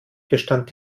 gestand